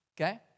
Okay